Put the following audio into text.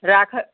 राखै